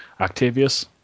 Octavius